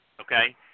okay